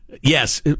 Yes